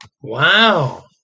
Wow